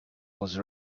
was